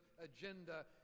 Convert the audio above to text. agenda